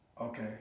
okay